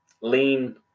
lean